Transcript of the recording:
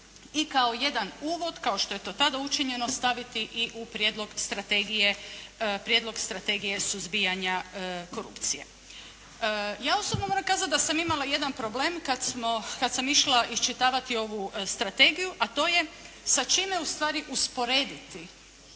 i kao jedan uvod kao što je to tada učinjeno, staviti i u Prijedlog strategije suzbijanja korupcije. Ja osobno moram kazati da sam imala jedan problem kad smo, kad sam išla iščitavati ovu strategiju a to je sa čime ustvari usporediti